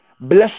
Bless